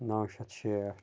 نَو شیٚتھ شیٹھ